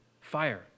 fire